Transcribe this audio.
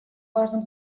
важном